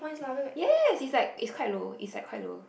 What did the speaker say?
yes is like it's quite low it's like quite low